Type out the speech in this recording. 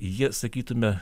jie sakytumėme